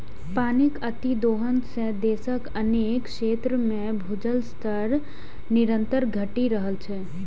पानिक अतिदोहन सं देशक अनेक क्षेत्र मे भूजल स्तर निरंतर घटि रहल छै